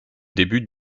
début